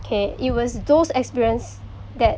okay it was those experience that